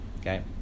Okay